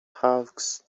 hawks